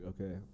Okay